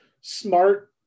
smart